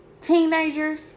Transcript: Teenagers